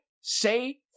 say